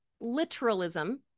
literalism